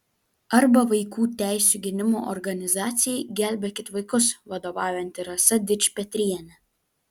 arba vaikų teisių gynimo organizacijai gelbėkit vaikus vadovaujanti rasa dičpetrienė